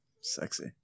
Sexy